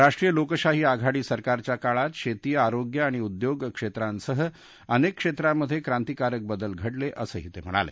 राष्ट्रीय लोकशाही आघाडी सरकारच्या काळात शेती आरोग्य आणि उद्योग क्षेत्रांसह अनेक क्षेत्रांमध्ये क्रांतीकारक बदल घडले असंही ते म्हणाले